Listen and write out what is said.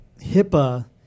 HIPAA